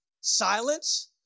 silence